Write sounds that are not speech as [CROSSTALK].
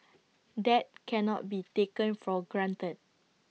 [NOISE] that cannot be taken for granted